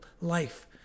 life